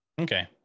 Okay